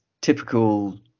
typical